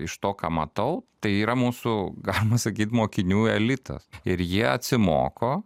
iš to ką matau tai yra mūsų galima sakyt mokinių elitas ir jie atsimoko